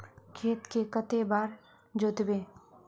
खेत के कते बार जोतबे?